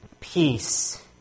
Peace